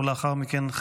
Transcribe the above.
ולאחר מכן,